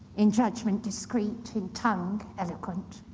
in judgment, discreet. in tongue, eloquent.